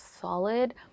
solid